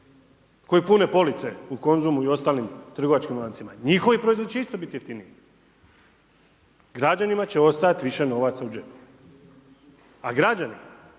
koji pune police u Konzumu i ostalim trgovačkim lancima. Njihovi proizvodi će isto biti jeftiniji, građanima će ostajati više novaca u džepu. A građani,